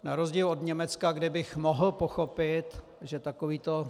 Na rozdíl od Německa, kde bych mohl pochopit, že takovýto...